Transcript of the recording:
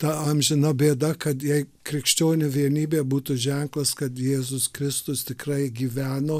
ta amžina bėda kad jei krikščionių vienybė būtų ženklas kad jėzus kristus tikrai gyveno